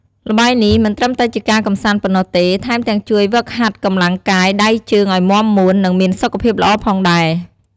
ល្បែងនេះមិនត្រឹមតែជាការកម្សាន្តប៉ុណ្ណោះទេ ថែមទាំងជួយហ្វឹកហាត់កម្លាំងកាយ ដៃជើងឲ្យមាំមួន និងមានសុខភាពល្អផងដែរ។